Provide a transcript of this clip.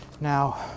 now